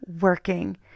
working